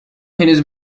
henüz